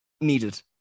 Needed